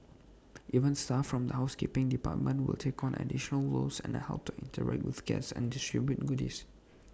even staff from the housekeeping department will take on additional roles and help to interact with guests and distribute goodies